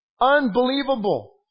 Unbelievable